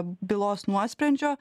bylos nuosprendžio